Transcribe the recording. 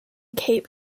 cape